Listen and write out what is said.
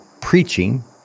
preaching